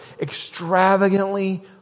extravagantly